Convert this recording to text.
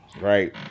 right